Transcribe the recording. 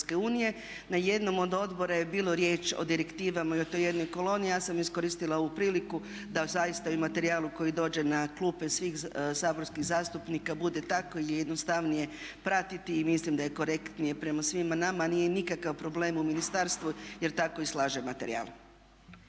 Na jednom od odbora je bilo riječ o direktivama i o toj jednoj koloniji. Ja sam iskoristila ovu priliku da zaista i u materijalu koji dođe na klupe svih saborskih zastupnika bude tako jednostavnije pratiti i mislim da je korektnije prema svima nama. Nije nikakav problem u ministarstvu jer tako i slaže materijal.